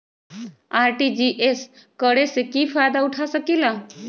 RTGS करे से की फायदा उठा सकीला?